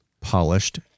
polished